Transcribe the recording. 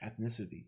ethnicity